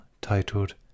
titled